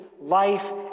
life